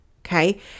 Okay